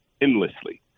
endlessly